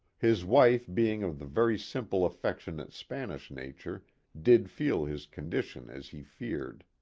his wife being of the very simple affectionate spanish nature did feel his condition as he feared.